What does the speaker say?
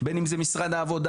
בין אם זה משרד העבודה,